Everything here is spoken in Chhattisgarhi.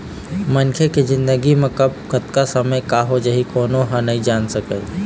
मनखे के जिनगी म कब, कतका समे का हो जाही कोनो ह नइ जान सकय